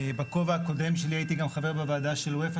בכובע הקודם שלי הייתי גם חבר בוועדה של אופ"א